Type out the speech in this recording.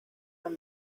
when